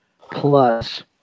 plus